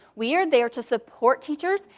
we are there to support teachers,